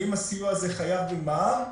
האם הסיוע הזה חייב במע"מ,